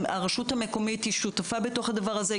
הרשות המקומית שותפה בדבר הזה.